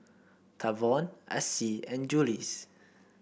Tavon Acie and Jules